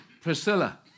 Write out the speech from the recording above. Priscilla